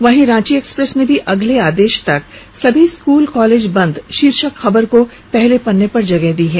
वहीं रांची एक्सप्रेस ने भी अगले आदेश तक सभी स्कूल कॉलेज बन्द शीर्षक खबर को पहले पन्ने पर जगह दी है